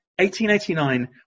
1889